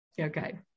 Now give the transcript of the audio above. Okay